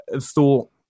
thought